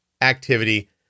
activity